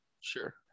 Sure